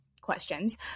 Questions